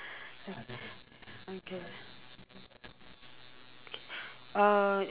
okay uh